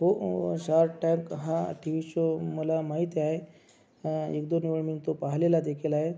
हो shark tank हा TV show मला माहिती आहे एकदोन वेळा मी तो पाहिलेला देखील आहे